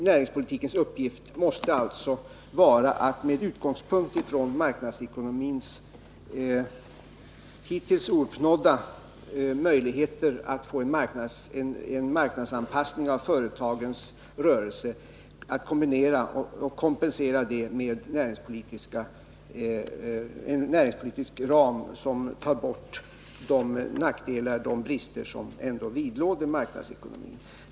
Näringspolitikens uppgift måste alltså vara att med utgångspunkt i marknadsekonomins hittills ouppnådda möjligheter att kombinera och kompensera en marknadsanpassning av företagens rörelser med en näringspolitisk ram som tar bort de nackdelar och brister som ändå vidlåder marknadsekonomin.